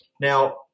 Now